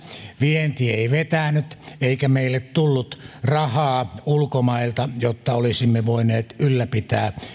vienti ei vetänyt eikä meille tullut rahaa ulkomailta jotta olisimme voineet ylläpitää